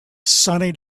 sunny